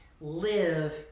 live